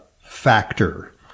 factor